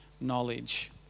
knowledge